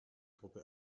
gruppe